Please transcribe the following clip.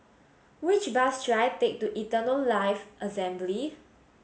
which bus should I take to Eternal Life Assembly